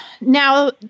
now